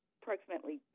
approximately